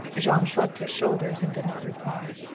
jean shrugged his shoulders and did not reply.